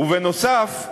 ובנוסף,